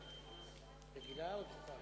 הצעה